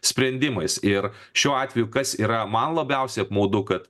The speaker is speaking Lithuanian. sprendimais ir šiuo atveju kas yra man labiausiai apmaudu kad